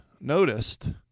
noticed